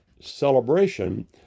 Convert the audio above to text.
celebration